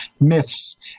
myths